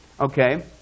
Okay